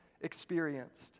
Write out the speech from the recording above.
experienced